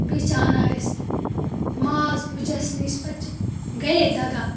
بیٚیہِ چھِ اَنان أسۍ ماز پٕجَس نِش پَتہٕ چھِ گَری دَگان